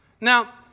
Now